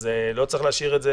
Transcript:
אז לא צריך להשאיר את זה